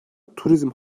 turizm